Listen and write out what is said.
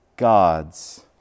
gods